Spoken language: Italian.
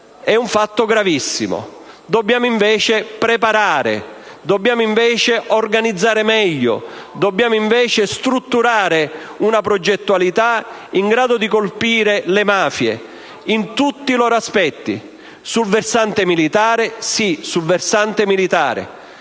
è un fatto gravissimo. Dobbiamo invece preparare, organizzare meglio, strutturare una progettualità in grado di colpire le mafie, in tutti i loro aspetti, sul versante militare